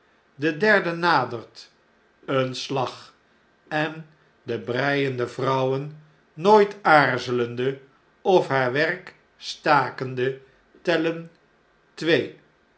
de derde nadert een slag en de breiende vrouwen nooit aarzelende of haar werk stakende tellen twee